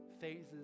phases